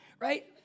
right